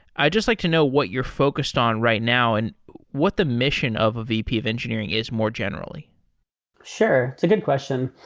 i just like to know what you're focused on right now and what the mission of a vp of engineering is more generally sure. it's a good question.